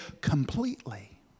completely